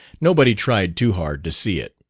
nobody tried too hard to see it.